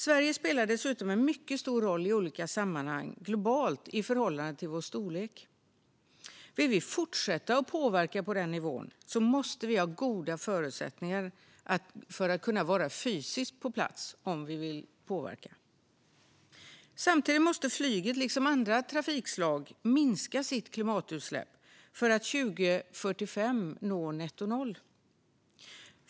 Sverige spelar dessutom en mycket stor roll i olika sammanhang globalt i förhållande till vår storlek. Vill vi fortsätta att påverka på den nivån måste vi ha goda förutsättningar för att kunna vara fysiskt på plats. Samtidigt måste flyget liksom andra trafikslag minska sina klimatutsläpp för att 2045 nå nettonoll.